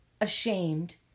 ashamed